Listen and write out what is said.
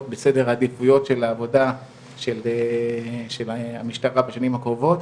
בסדר עדיפויות של עבודה של המשטרה בשנים הקרובות,